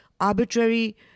arbitrary